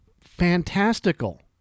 fantastical